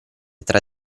tra